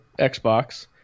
xbox